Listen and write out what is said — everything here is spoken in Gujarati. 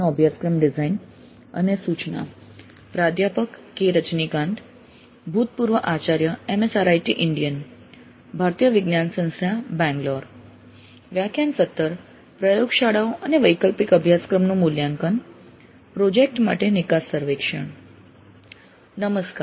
નમસ્કાર